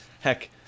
heck